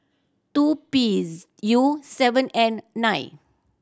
two P U seven N nine